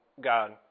god